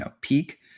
peak